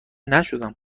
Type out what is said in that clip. نشدم